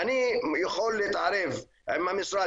אני יכול להתערב עם המשרד,